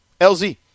LZ